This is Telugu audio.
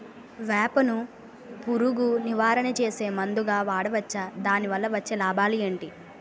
వేప ను పురుగు నివారణ చేసే మందుగా వాడవచ్చా? దాని వల్ల వచ్చే లాభాలు ఏంటి?